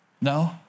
No